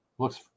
Looks